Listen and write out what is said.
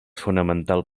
fonamental